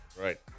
Right